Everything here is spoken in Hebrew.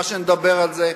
נדבר על זה,